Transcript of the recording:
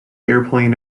airplane